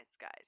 guys